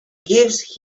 gives